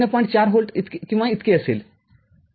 ४ volt किंवा इतके असेल बरोबर